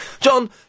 John